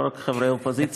לא רק חברי אופוזיציה.